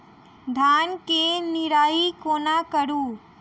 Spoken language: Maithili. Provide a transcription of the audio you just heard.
धान केँ निराई कोना करु?